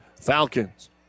Falcons